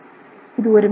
இது ஒரு மேட்ரிக்ஸ்